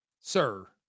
Sir